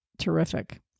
terrific